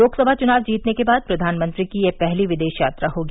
लोकसभा चुनाव जीतने के बाद प्रधानमंत्री की यह पहली विदेश यात्रा होगी